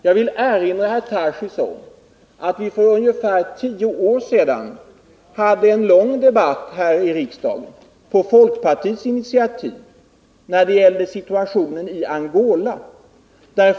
Jag vill erinra herr Tarschys om att vi för ungefär tio år sedan på folkpartiets initiativ hade en lång debatt här i riksdagen när det gällde situationen i Angola.